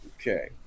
Okay